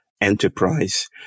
enterprise